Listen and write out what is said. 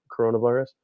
coronavirus